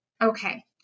Okay